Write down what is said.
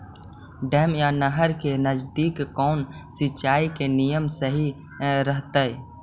Dam या नहर के नजदीक कौन सिंचाई के नियम सही रहतैय?